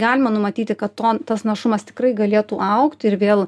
galima numatyti kad to tas našumas tikrai galėtų augti ir vėl